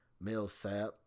Millsap